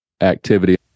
activity